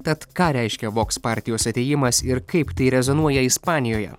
tad ką reiškia vogs partijos atėjimas ir kaip tai rezonuoja ispanijoje